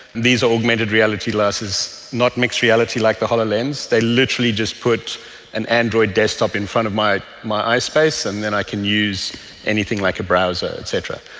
these are augmented reality glasses, not mixed reality like the hololens, they literally just put an android desktop in front of my my eye-space and then i can use anything like a browser et cetera.